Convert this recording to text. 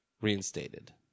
reinstated